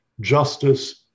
Justice